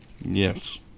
Yes